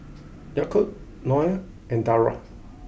Yaakob Noah and Dara